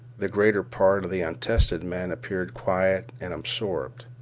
the greater part of the untested men appeared quiet and absorbed.